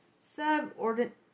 subordinate